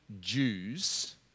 Jews